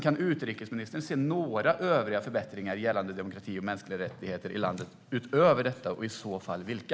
Kan utrikesministern se några övriga förbättringar gällande demokrati och mänskliga rättigheter i landet, och i så fall vilka?